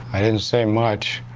i didn't say much.